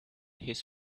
his